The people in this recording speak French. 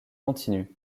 continues